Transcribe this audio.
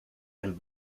and